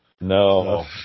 No